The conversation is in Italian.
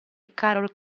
carol